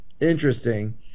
interesting